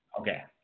Okay